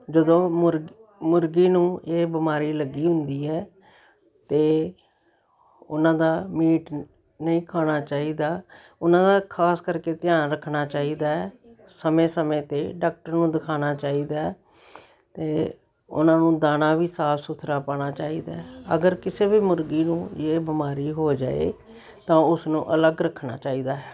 ਜਦੋਂ ਮੁਰਗ ਮੁਰਗੀ ਨੂੰ ਇਹ ਬਿਮਾਰੀ ਲੱਗੀ ਹੁੰਦੀ ਹੈ ਤਾਂ ਉਨ੍ਹਾਂ ਦਾ ਮੀਟ ਨਹੀਂ ਖਾਣਾ ਚਾਹੀਦਾ ਉਨ੍ਹਾਂ ਦਾ ਖ਼ਾਸ ਕਰਕੇ ਧਿਆਨ ਰੱਖਣਾ ਚਾਹੀਦਾ ਹੈ ਸਮੇਂ ਸਮੇਂ 'ਤੇ ਡਾਕਟਰ ਨੂੰ ਦਿਖਾਉਣਾ ਚਾਹੀਦਾ ਹੈ ਅਤੇ ਉਨ੍ਹਾਂ ਨੂੰ ਦਾਣਾ ਵੀ ਸਾਫ਼ ਸੁਥਰਾ ਪਾਉਣਾ ਚਾਹੀਦਾ ਹੈ ਅਗਰ ਕਿਸੇ ਵੀ ਮੁਰਗੀ ਨੂੰ ਇਹ ਬਿਮਾਰੀ ਹੋ ਜਾਵੇ ਤਾਂ ਉਸ ਨੂੰ ਅਲੱਗ ਰੱਖਣਾ ਚਾਹੀਦਾ ਹੈ